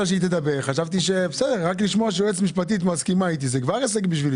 שמתי אותו על סדר-היום כי זה פשוט עצבן